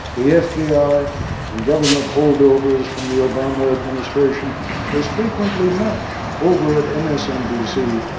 the fbi, ah and government holdovers from the obama administration is frequently matched, over at msnbc,